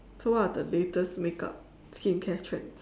so what are the latest makeup skincare trends